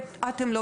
זה לא